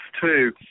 two